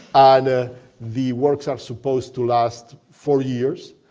ah the works are supposed to last four years,